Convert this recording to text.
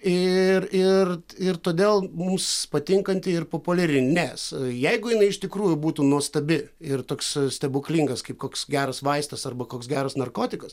ir ir ir todėl mums patinkanti ir populiari nes jeigu jinai iš tikrųjų būtų nuostabi ir toks stebuklingas kaip koks geras vaistas arba koks geras narkotikas